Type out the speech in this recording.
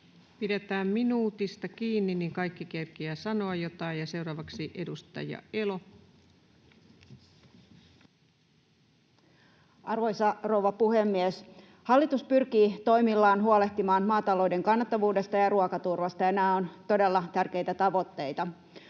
Pidetään minuutista kiinni, niin että kaikki kerkiävät sanoa jotain. — Ja seuraavaksi edustaja Elo. Arvoisa rouva puhemies! Hallitus pyrkii toimillaan huolehtimaan maatalouden kannattavuudesta ja ruokaturvasta, ja nämä ovat todella tärkeitä tavoitteita.